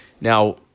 Now